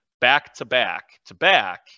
back-to-back-to-back